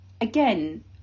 again